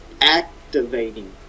activating